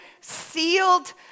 sealed